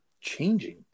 changing